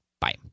Bye